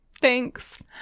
Thanks